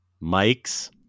mike's